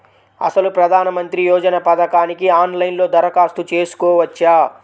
అసలు ప్రధాన మంత్రి యోజన పథకానికి ఆన్లైన్లో దరఖాస్తు చేసుకోవచ్చా?